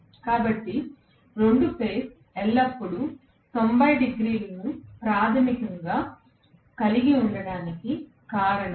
కాబట్టి 2 ఫేజ్ ఎల్లప్పుడూ 90 డిగ్రీలను ప్రాథమికంగా కలిగి ఉండటానికి కారణం